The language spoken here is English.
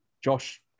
Josh